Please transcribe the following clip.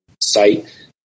site